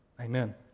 Amen